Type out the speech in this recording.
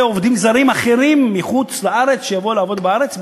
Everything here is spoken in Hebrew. עובדים זרים אחרים מחוץ-לארץ לעבוד בארץ,